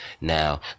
now